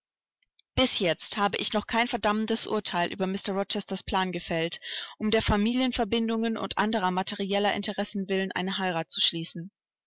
bis jetzt habe ich noch kein verdammendes urteil über mr rochesters plan gefällt um der familienverbindungen und anderer materieller intressen willen eine heirat zu schließen